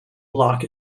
block